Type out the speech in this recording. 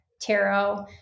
tarot